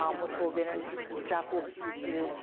um which we'll get in, jeff will to,